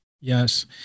Yes